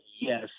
yes